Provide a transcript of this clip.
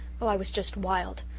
oh, i was just wild!